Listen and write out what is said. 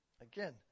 Again